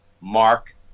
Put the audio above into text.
Mark